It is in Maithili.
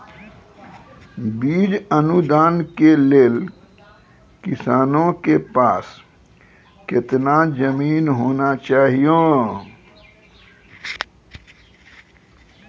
बीज अनुदान के लेल किसानों के पास केतना जमीन होना चहियों?